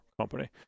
company